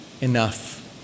enough